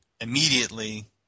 immediately